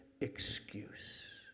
excuse